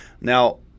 now